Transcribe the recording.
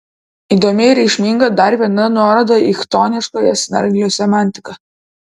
įdomi ir reikšminga dar viena nuoroda į chtoniškąją snarglio semantiką